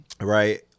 right